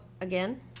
again